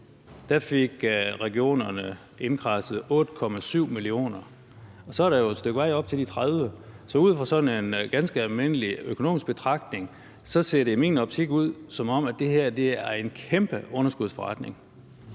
år fik regionerne indkradset 8,7 mio. kr., og så er der jo et stykke vej op til de 30 mio. kr. Så ud fra sådan en ganske almindelig økonomisk betragtning ser det i min optik ud, som om det her er en kæmpe underskudsforretning.